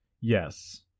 Yes